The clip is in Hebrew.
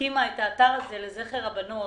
הקימה את האתר הזה לזכר הבנות,